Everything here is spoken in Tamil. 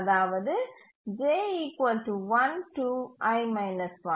அதாவது j 1 i 1